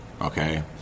okay